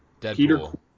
Deadpool